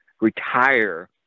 retire